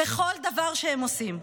בכל דבר שהם עושים.